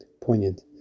poignant